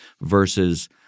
versus